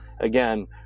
Again